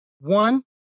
One